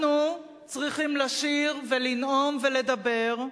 אנחנו צריכים לשיר, לנאום ולדבר,